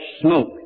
smoke